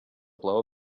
blow